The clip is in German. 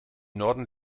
norden